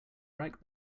right